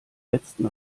letzten